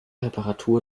reparatur